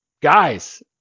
guys